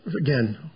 again